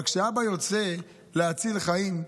אבל כשאבא יוצא להציל חיים,